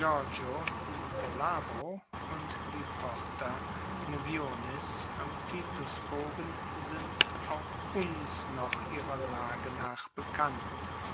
in velabro und die porta mugionis am titusbogen sind auch uns noch ihrer lage nach bekannt